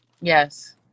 Yes